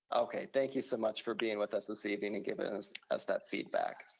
okay, thank you so much for being with us this evening and giving us us that feedback.